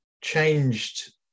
changed